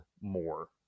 more